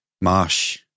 Marsh